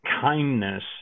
kindness